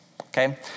okay